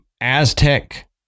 Aztec